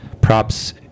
props